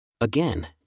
Again